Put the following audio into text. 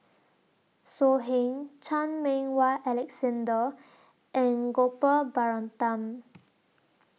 So Heng Chan Meng Wah Alexander and Gopal Baratham